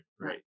Right